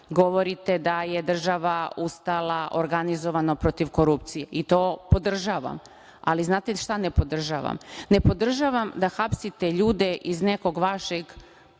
Govorite da je država ustala organizovano protiv korupcije i to podržavam. Ali, znate li šta ne podržavam? Ne podržavam da hapsite ljude iz nekog vašeg